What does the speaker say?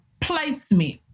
placement